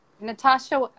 Natasha